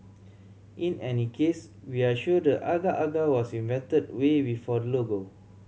in any case we are sure the agar agar was invented way before the logo